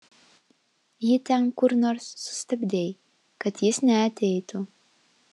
jį ten kur nors sustabdei kad jis neateitų